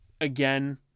again